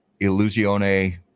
Illusione